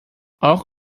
auch